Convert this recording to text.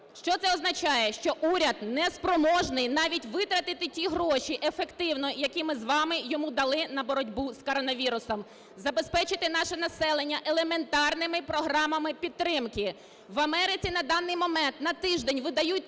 Що це означає? Що уряд неспроможний навіть витратити ті гроші ефективно, які ми з вами йому дали на боротьбу з коронавірусом, забезпечити наше населення елементарними програмами підтримки. В Америці на даний момент на тиждень видають